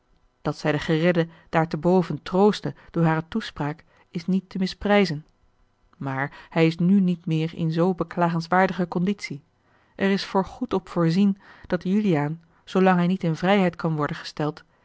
dat zij den geredde daarteboven troostte door hare toespraak is niet te misprijzen maar hij is nu niet meer in zoo beklagenswaardige conditie er is voorgoed op voorzien dat juliaan zoolang hij niet in vrijheid kan worden gesteld